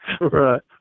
Right